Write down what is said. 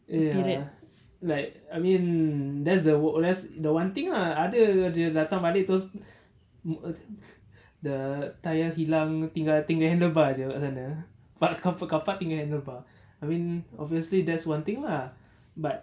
ya like I mean that's the that's the one thing lah ada ada datang balik terus the tyre hilang tinggal handlebar jer kat sana but park kat carpark tinggal handlebar I mean obviously there's one thing lah but